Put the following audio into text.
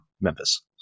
Memphis